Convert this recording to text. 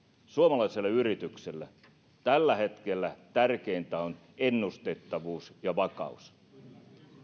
suomalaiselle yritykselle tällä hetkellä tärkeintä on ennustettavuus ja vakaus